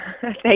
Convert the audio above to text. Thank